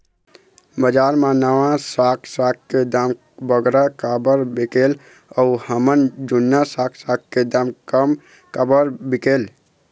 बजार मा नावा साग साग के दाम बगरा काबर बिकेल अऊ हमर जूना साग साग के दाम कम काबर बिकेल?